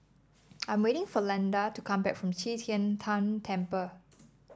I'm waiting for Landen to come back from Qi Tian Tan Temple